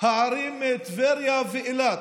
הערים טבריה ואילת,